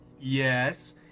yes